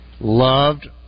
loved